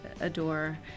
adore